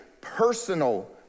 personal